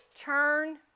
turn